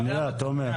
שנייה תומר.